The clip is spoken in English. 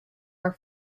are